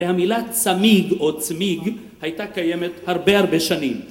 ‫המילה צמיג או צמיג ‫הייתה קיימת הרבה הרבה שנים.